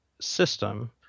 system